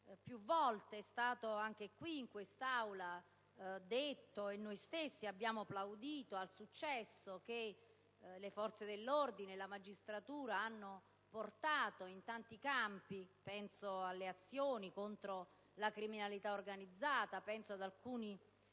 più volte è stato anche in quest'Aula detto e noi stessi abbiamo plaudito al successo che le forze dell'ordine e la magistratura hanno portato in tanti campi (penso alle azioni contro la criminalità organizzata, ad alcuni